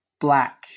black